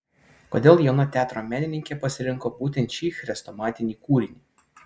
kodėl jauna teatro menininkė pasirinko būtent šį chrestomatinį kūrinį